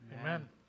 Amen